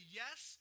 yes